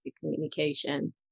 communication